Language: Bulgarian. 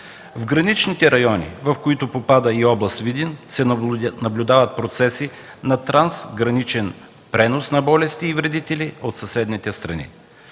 В граничните райони, в които попада и област Видин, се наблюдават процеси на трансграничен пренос на болести и вредители от съседните страни.